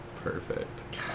Perfect